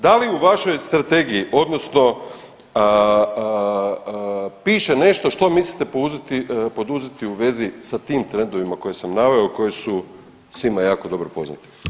Da li u vašoj strategiji odnosno piše nešto što mislite poduzeti u vezi sa tim trendovima koje sam naveo koji su svima jako dobro poznati?